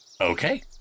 Okay